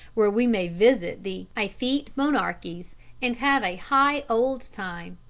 where we may visit the effete monarchies and have a high old time.